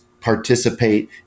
participate